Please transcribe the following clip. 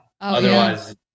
Otherwise